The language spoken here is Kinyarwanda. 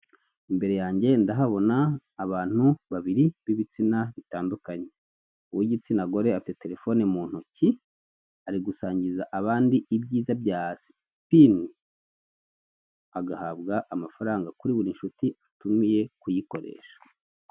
Imbere yange ndahabona abantu babiri b'ibitsina bitandukanye uw'igitsina gore afite terefone mu ntoki ari gusangiza abandi ibyiza bya sipini, agahabwa amafaranga kuri buri nshuti atumiye kuyikoresha.